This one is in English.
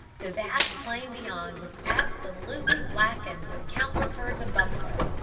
the vast plain beyond was absolutely blackened with countless herds of buffaloes,